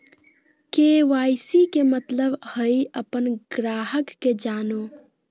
KYC के मतलब हइ अपन ग्राहक के जानो